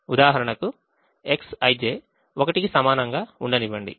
ఉదాహరణకు Xij 1 కి సమానంగా ఉండనివ్వండి